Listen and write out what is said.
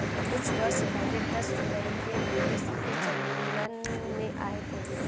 कुछ वर्ष पहले दस रुपये के नकली सिक्के चलन में आये थे